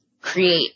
create